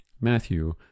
Matthew